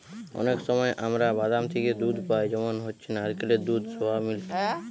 অনেক সময় আমরা বাদাম থিকে দুধ পাই যেমন হচ্ছে নারকেলের দুধ, সোয়া মিল্ক